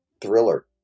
thriller